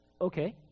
okay